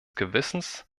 gewissens